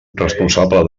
responsable